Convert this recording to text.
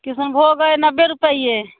किशनभोग अइ नबे रुपैये